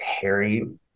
Harry